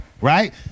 right